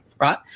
right